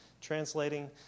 translating